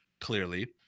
clearly